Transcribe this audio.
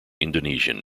indonesian